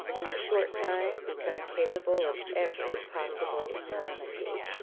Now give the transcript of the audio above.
in a short time become capable of every possible enormity.